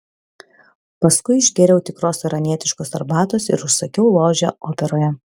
paskui išgėriau tikros iranietiškos arbatos ir užsakiau ložę operoje